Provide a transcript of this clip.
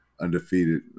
undefeated